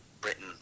Britain